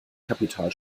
kapital